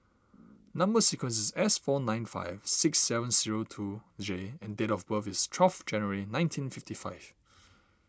Number Sequence is S four nine five six seven zero two J and date of birth is twelve January nineteen fifty five